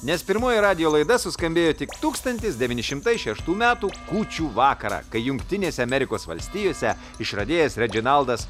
nes pirmoji radijo laida suskambėjo tik tūkstantis devyni šimtai šeštų metų kūčių vakarą kai jungtinėse amerikos valstijose išradėjas redžinaldas